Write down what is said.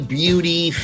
beauty